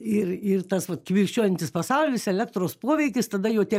ir ir tas vat kibirkščiuojantis pasaulis elektros poveikis tada jau tie